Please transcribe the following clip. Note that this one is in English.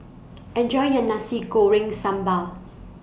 Enjoy your Nasi Goreng Sambal